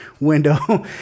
window